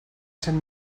cent